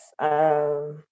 Yes